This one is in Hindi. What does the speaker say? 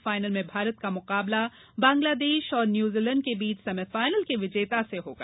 फाइनल में भारत का मुकाबला बंगलादेश और न्यूटजीलैंड के बीच सेमीफाइनल के विजेता से होगा